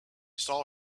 saw